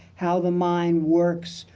how the mind works,